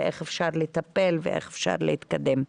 איך אפשר לטפל ואיך אפשר להתקדם.